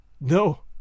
No